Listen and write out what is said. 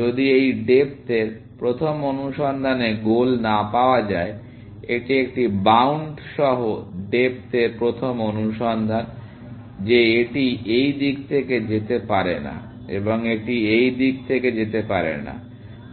যদি এই ডেপ্থ এর প্রথম অনুসন্ধানে গোল না পাওয়া যায় এটি একটি বাউন্ড সহ ডেপ্থ এর প্রথম অনুসন্ধান যে এটি এই দিক থেকে যেতে পারে না এবং এটি এই দিক থেকে যেতে পারে না